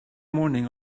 morning